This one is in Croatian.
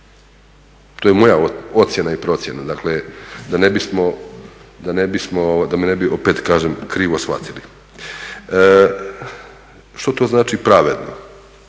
To je moja ocjena i procjena. Dakle, da me ne bi opet kažem krivo shvatili. Što to znači pravedno?